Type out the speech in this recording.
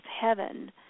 heaven